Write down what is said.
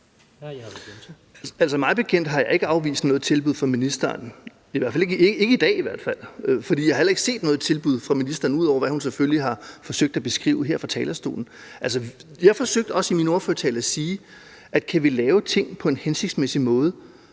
(V): Mig bekendt har jeg ikke afvist noget tilbud fra ministeren – ikke i dag i hvert fald – for jeg har heller ikke set noget tilbud fra ministeren, ud over hvad hun selvfølgelig har forsøgt at beskrive her fra talerstolen. Altså, jeg forsøgte også i min ordførertale at sige, at vi skal lave ting på en hensigtsmæssig måde.